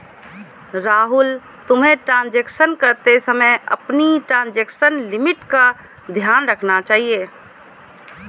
राहुल, तुम्हें ट्रांजेक्शन करते समय अपनी ट्रांजेक्शन लिमिट का ध्यान रखना चाहिए